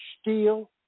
steel